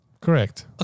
Correct